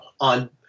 on